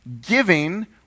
giving